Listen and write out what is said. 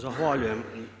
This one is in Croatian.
Zahvaljujem.